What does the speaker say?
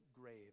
grave